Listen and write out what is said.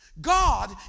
God